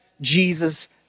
Jesus